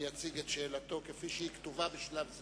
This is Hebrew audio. ויציג את שאלתו כפי שהיא כתובה, בשלב זה.